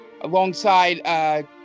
Alongside